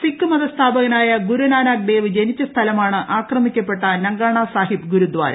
സിഖ് മത സ്ഥാപകനായ ഗുരുനാനാക് ദേവ് ജനിച്ച സ്ഥലമാണ് ആക്രമിക്കപ്പെട്ട നങ്കണ സാഹിബ് ഗുരുദാര